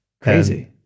Crazy